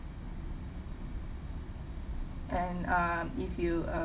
and um if you uh